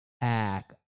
act